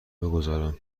بگذارم